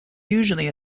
usually